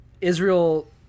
Israel